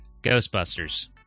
Ghostbusters